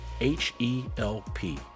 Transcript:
H-E-L-P